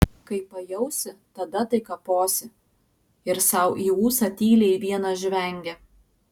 kai pajausi tada tai kaposi ir sau į ūsą tyliai vienas žvengia